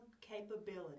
capability